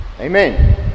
Amen